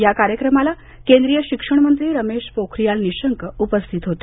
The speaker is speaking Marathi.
या कार्यक्रमाला केंद्रीय शिक्षण मंत्री रमेश पोखरीयाल निशंक उपस्थित होते